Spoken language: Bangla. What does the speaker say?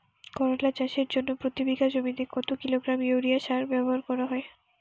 করলা চাষের জন্য প্রতি বিঘা জমিতে কত কিলোগ্রাম ইউরিয়া সার ব্যবহার করা হয়?